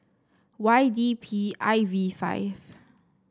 Y D P I V five